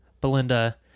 Belinda